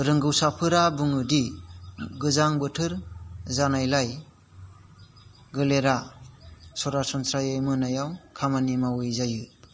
रोंगौसाफोरा बुङोदि गोजां बोथोर जानायलाय गोलेरा सरासनस्रायै मोनायाव खामानि मावै जायो